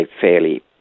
fairly